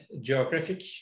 geographic